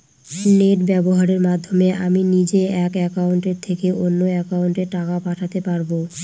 Net ব্যবহারের মাধ্যমে আমি নিজে এক অ্যাকাউন্টের থেকে অন্য অ্যাকাউন্টে টাকা পাঠাতে পারব?